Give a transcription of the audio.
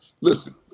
listen